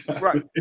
Right